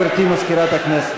גברתי מזכירת הכנסת.